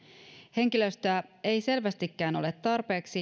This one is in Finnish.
henkilöstöä ei selvästikään ole tarpeeksi